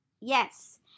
Yes